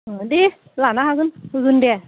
देह लानो हागोन होगोन दे